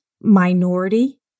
minority